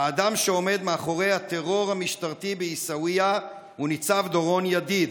האדם שעומד מאחורי הטרור המשטרתי בעיסאוויה הוא ניצב דורון ידיד,